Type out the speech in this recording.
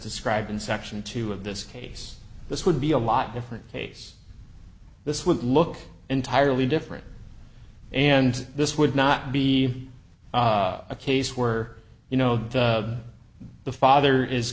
described in section two of this case this would be a lot different case this would look entirely different and this would not be a case where you know the father is